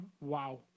wow